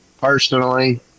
personally